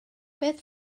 beth